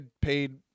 paid